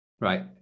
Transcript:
right